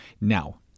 Now